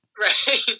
Right